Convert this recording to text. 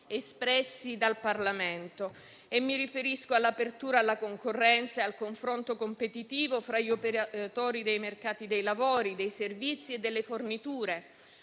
espressi dal Parlamento: